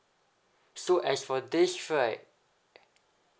so as for this right